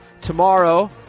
tomorrow